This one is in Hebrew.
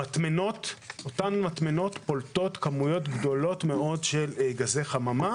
המטמנות פולטות כמויות גדולות מאוד של גזי חממה.